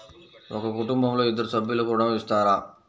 ఒక కుటుంబంలో ఇద్దరు సభ్యులకు ఋణం ఇస్తారా?